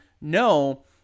No